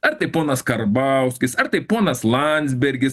ar tai ponas karbauskis ar tai ponas landsbergis